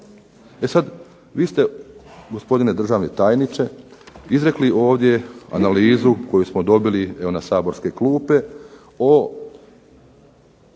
E sad vi ste gospodine državni tajniče izrekli ovdje analizu koju smo dobili na saborske klupe o